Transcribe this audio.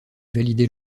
valider